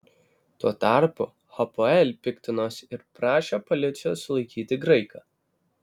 tuo tarpu hapoel piktinosi ir prašė policijos sulaikyti graiką